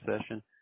session